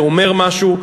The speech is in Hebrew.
זה אומר משהו.